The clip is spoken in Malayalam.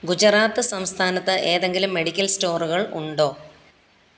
ഗുജറാത്ത് സംസ്ഥാനത്ത് ഏതെങ്കിലും മെഡിക്കൽ സ്റ്റോറുകൾ ഉണ്ടോ